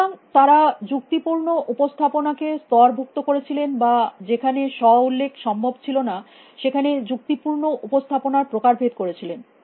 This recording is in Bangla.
সুতরাং তারা যুক্তিপূর্ণ উপস্থাপনাকে স্তর ভুক্ত করেছিলেন বা যেখানে স্ব উল্লেখ সম্ভব ছিল না সেখানে যুক্তিপূর্ণ উপস্থাপনার প্রকার ভেদ করেছিলেন